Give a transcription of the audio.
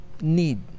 need